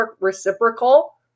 reciprocal